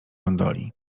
gondoli